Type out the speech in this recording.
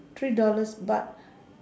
three dollars but